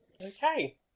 Okay